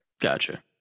Gotcha